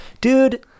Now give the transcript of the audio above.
dude